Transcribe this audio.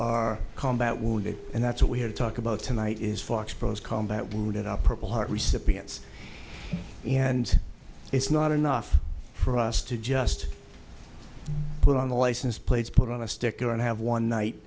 our combat wounded and that's all we have talk about tonight is for expose combat wounded our purple heart recipients and it's not enough for us to just put on the license plates put on a sticker and have one night